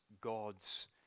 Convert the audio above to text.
God's